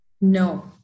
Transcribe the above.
No